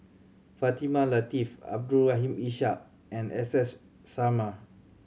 Fatimah Lateef Abdul Rahim Ishak and S S Sarma